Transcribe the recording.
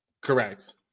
Correct